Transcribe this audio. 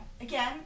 Again